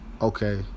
Okay